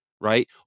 right